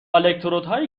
الکترودهایی